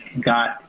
got